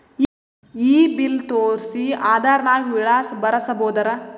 ಈ ಬಿಲ್ ತೋಸ್ರಿ ಆಧಾರ ನಾಗ ವಿಳಾಸ ಬರಸಬೋದರ?